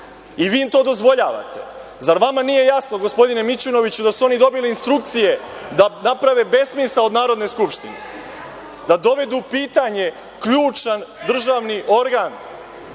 i vi im to dozvoljavate. Zar vama nije jasno, gospodine Mićunoviću, da su oni dobili instrukcije da naprave besmisao od Narodne skupštine, da dovede u pitanje ključan državni organ